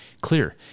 clear